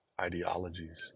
ideologies